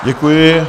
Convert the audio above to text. Děkuji.